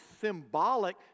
symbolic